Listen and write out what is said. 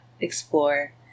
explore